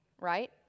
right